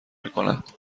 میکند